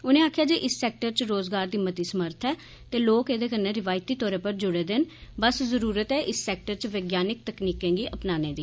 उनें आक्खेया जे इस सैक्टर च रोज़गार दी मती समर्थ ऐ ते लोक एदे कन्नै रिवायती तौर पर जुड़े दे न बस जरुरी ऐ इस सैक्टर च वैज्ञानिक तकनीकें गी अपनाने दी